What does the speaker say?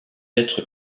être